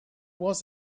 was